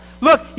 Look